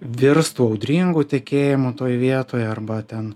virstų audringu tekėjimu toj vietoj arba ten